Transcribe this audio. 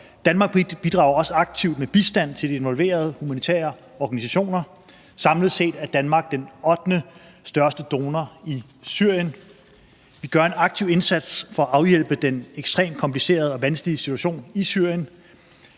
Danmark bidrager også aktivt med bistand til de involverede humanitære organisationer. Samlet set er Danmark den ottendestørste donor i Syrien. Vi gør en aktiv indsats for at afhjælpe den ekstremt komplicerede og vanskelige situation i Syrien.